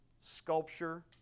sculpture